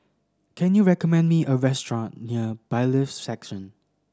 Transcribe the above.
can you recommend me a restaurant near Bailiffs Section